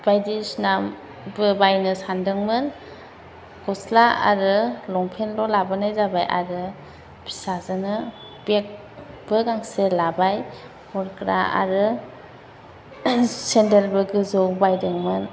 बायदिसिनाबो बायनो सान्दोंमोन गस्ला आरो लंपेन्टल' लाबोनाय जाबाय आरो फिसाजोनो बेगबो गांसे लाबाय हरग्रा आरो सेन्देलबो गोजौ बायदोंमोन